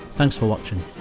thanks for watching.